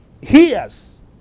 hears